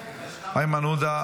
איימן עודה,